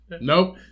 Nope